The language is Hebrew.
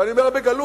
ואני אומר בגלוי,